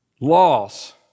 loss